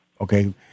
Okay